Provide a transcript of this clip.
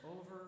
over